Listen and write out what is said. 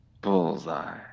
bullseye